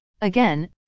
Again